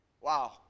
Wow